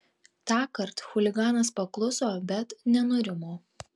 tąkart chuliganas pakluso bet nenurimo